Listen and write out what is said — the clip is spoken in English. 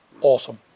Awesome